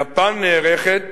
יפן נערכת